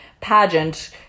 pageant